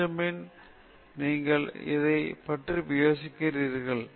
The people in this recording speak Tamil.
பெஞ்சமின் ஃபிராங்க்லின் நீங்கள் எதைப் பற்றி யோசிக்கிறீர்கள்